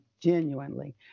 genuinely